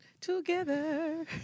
Together